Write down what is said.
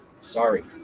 sorry